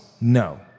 No